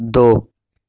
دو